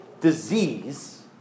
disease